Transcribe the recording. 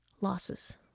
losses